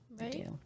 Right